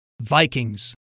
Vikings